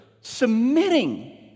submitting